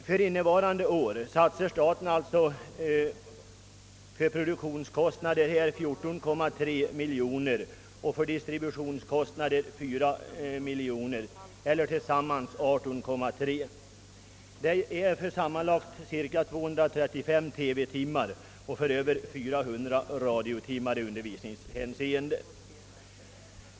För innevarande år satsar staten för produktion av sådana här program 14,3 miljoner kronor och för distribution 4 miljoner kronor eller tillsammans 18,3 miljoner kronor. Resultatet blir cirka 235 TV timmar och över 400 radiotimmar för undervisning.